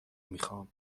میخوام